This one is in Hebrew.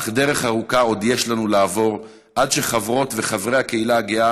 אך דרך ארוכה עוד יש לעבור: עד שחברות וחברי הקהילה הגאה